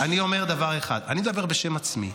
אני מדבר בשם עצמי,